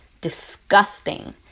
disgusting